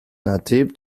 native